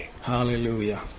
Hallelujah